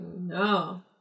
no